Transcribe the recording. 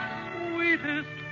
sweetest